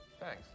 Thanks